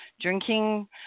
drinking